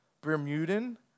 Bermudan